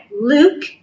Luke